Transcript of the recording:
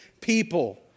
people